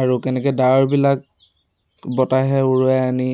আৰু কেনেকৈ ডাৱৰবিলাক বতাহে উৰুৱাই আনি